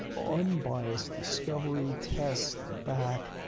unbiased discovery, test, and back.